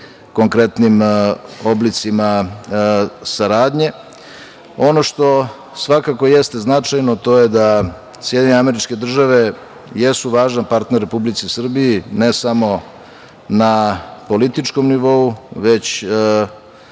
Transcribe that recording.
konkretnim oblicima saradnje. Ono što svakako jeste značajno, to je da SAD jesu važan partner Republici Srbiji ne samo na političkom nivou, već